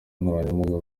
nkoranyambaga